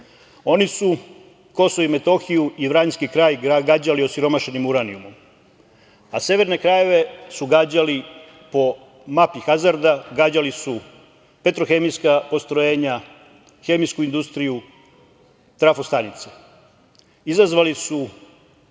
su Kosovo i Metohiju i Vranjski kraj, gađali osiromašenim uranijumom, a severne krajeve su gađali po mapi hazarda, gađali su petrohemijska postrojenja, hemijsku industriju, trafostanice. Izazvali su